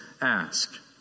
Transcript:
ask